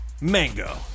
Mango